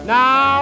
now